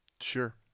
Sure